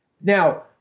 Now